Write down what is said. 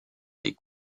les